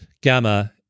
gamma